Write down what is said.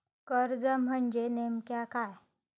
कर्ज म्हणजे नेमक्या काय?